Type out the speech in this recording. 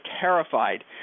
terrified